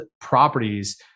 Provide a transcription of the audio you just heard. properties